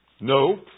No